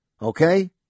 Okay